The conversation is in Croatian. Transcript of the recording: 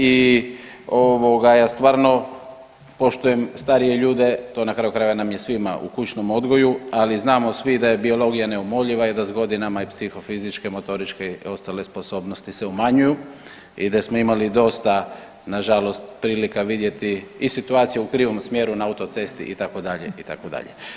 I ovoga ja stvarno poštujem starije ljude, to na kraju krajeva nam je svima u kućnom odgoju, ali znamo svi da je biologija neumoljiva i da s godinama i psihofizičke, motoričke i ostale sposobnosti se umanjuju i da smo imali dosta nažalost prilika vidjeti i situacija u krivom smjeru na autocesti itd., itd.